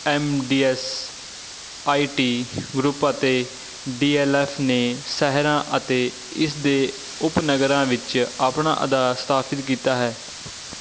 M D S I T group ਅਤੇ D L F ਨੇ ਸ਼ਹਿਰਾਂ ਅਤੇ ਇਸਦੇ ਉਪ ਨਗਰਾਂ ਵਿੱਚ ਆਪਣਾ ਅਦਾ ਸਥਾਪਿਤ ਕੀਤਾ ਹੈ